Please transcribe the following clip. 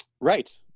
Right